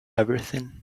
everything